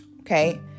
okay